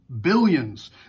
billions